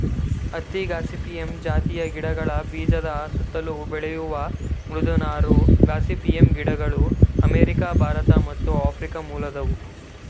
ಹತ್ತಿ ಗಾಸಿಪಿಯಮ್ ಜಾತಿಯ ಗಿಡಗಳ ಬೀಜದ ಸುತ್ತಲು ಬೆಳೆಯುವ ಮೃದು ನಾರು ಗಾಸಿಪಿಯಮ್ ಗಿಡಗಳು ಅಮೇರಿಕ ಭಾರತ ಮತ್ತು ಆಫ್ರಿಕ ಮೂಲದವು